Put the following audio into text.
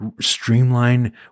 streamline